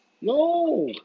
No